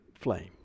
flame